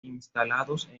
instalados